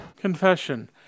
Confession